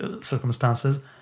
circumstances